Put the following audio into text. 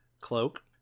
cloak